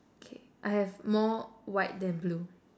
K I have more white than blue